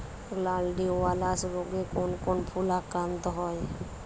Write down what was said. Gladiolus রোগে কোন কোন ফুল আক্রান্ত হয়?